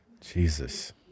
Jesus